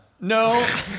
No